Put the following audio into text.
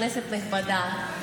כנסת נכבדה,